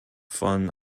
von